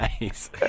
nice